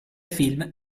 film